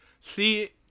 see